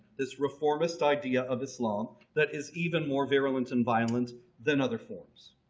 this reformist idea of islam that is even more virulent in violence than other forms.